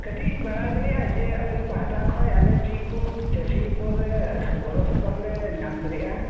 ᱠᱟ ᱴᱤᱡ ᱤᱧ ᱵᱟᱲᱟᱭ ᱫᱟᱲᱮᱭᱟᱜ ᱟ ᱡᱮ ᱟᱯᱮ ᱯᱟᱦᱴᱟ ᱠᱷᱚᱡ ᱟᱞᱮ ᱪᱮᱫ ᱠᱚ ᱪᱟ ᱥᱤ ᱩᱯᱚᱨ ᱨᱮ ᱜᱚᱲᱚ ᱥᱚᱯᱚᱫ ᱞᱮ ᱧᱟᱢ ᱫᱟᱲᱮᱭᱟᱜ ᱟ